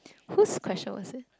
whose question was it